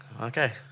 Okay